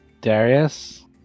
Darius